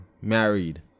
married